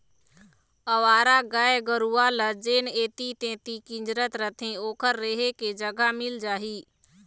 अवारा गाय गरूवा ल जेन ऐती तेती किंजरत रथें ओखर रेहे के जगा मिल जाही